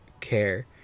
care